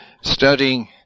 studying